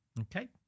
okay